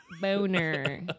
boner